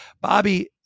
Bobby